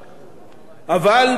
אבל בחשבון אחרון,